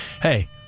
hey